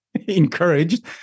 encouraged